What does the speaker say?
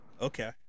Okay